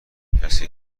کسی